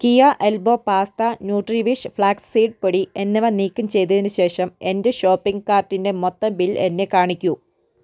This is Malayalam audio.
കിയാ elbow pasta Nutriwish flax seed പൊടി എന്നിവ നീക്കം ചെയ്തതിനുശേഷം എന്റെ ഷോപ്പിംഗ് കാർട്ടിന്റെ മൊത്തം ബിൽ എന്നെ കാണിക്കൂ